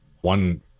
one